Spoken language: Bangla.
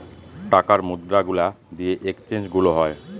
টাকার মুদ্রা গুলা দিয়ে এক্সচেঞ্জ গুলো হয়